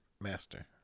master